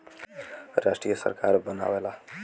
राष्ट्रीय सरकार बनावला